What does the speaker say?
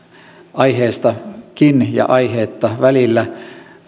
aiheestakin ja aiheetta välillä